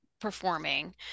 performing